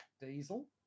Diesel